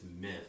myth